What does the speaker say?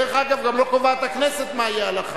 דרך אגב, גם לא קובעת הכנסת מה תהיה ההלכה,